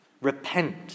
Repent